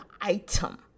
item